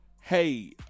hey